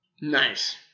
Nice